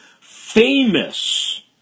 Famous